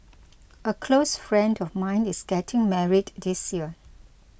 a close friend of mine is getting married this year